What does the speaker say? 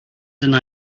deny